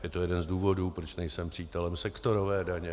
Je to jeden z důvodů, proč nejsem přítelem sektorové daně.